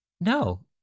no